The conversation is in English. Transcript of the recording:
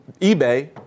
eBay